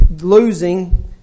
losing